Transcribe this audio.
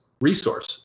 resource